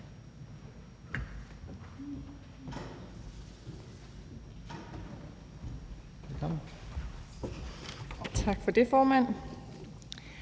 Tak for ordet, formand.